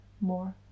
more